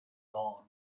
dawn